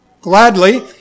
gladly